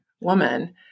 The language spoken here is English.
woman